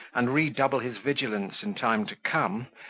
and redouble his vigilance in time to come,